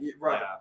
right